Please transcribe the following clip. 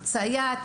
סייעת,